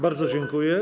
Bardzo dziękuję.